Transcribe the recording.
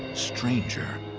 stranger,